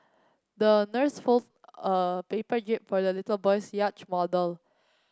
the nurse fold a paper jib for the little boy's yacht model